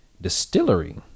distillery